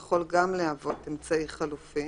זה יכול גם להוות אמצעי חלופי.